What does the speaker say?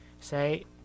say